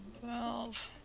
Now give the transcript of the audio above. Twelve